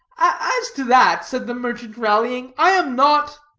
as to that, said the merchant, rallying, i am not